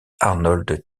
arnold